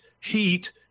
Heat